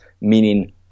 meaning